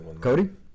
Cody